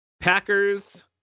Packers